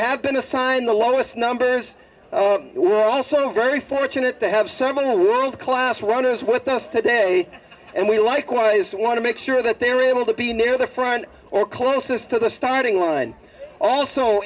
have been assigned the lowest numbers we're also very fortunate to have some of the world class runners with us today and we likewise want to make sure that they're able to be near the front or closest to the starting line also